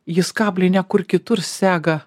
jis kablį ne kur kitur sega